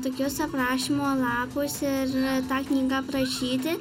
tokius aprašymo lapus ir tą knygą aprašyti